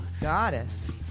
goddess